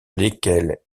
lesquels